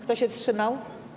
Kto się wstrzymał?